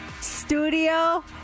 studio